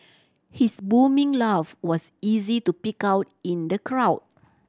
his booming laugh was easy to pick out in the crowd